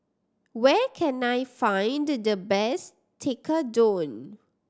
where can I find the best Tekkadon